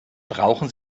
brauchen